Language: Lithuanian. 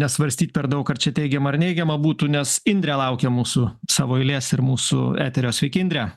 nesvarstyt per daug ar čia teigiama ar neigiama būtų nes indrė laukia mūsų savo eilės ir mūsų eterio sveiki indre